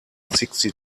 sixty